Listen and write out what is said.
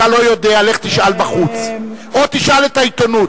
אתה לא יודע, לך תשאל בחוץ, או תשאל את העיתונות.